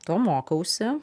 to mokausi